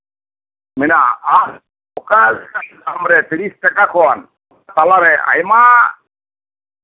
ᱢᱮᱱᱟᱜᱼᱟ ᱟᱨ ᱚᱠᱟ ᱞᱮᱠᱟᱱ ᱡᱤᱱᱤᱥ ᱨᱮ ᱛᱤᱨᱤᱥ ᱴᱟᱠᱟ ᱠᱷᱚᱱ ᱛᱟᱞᱟ ᱨᱮ ᱟᱭᱢᱟ